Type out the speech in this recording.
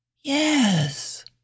Yes